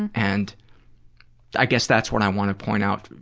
and and i guess that's what i want to point out,